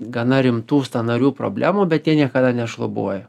gana rimtų sąnarių problemų bet jie niekada nešlubuoja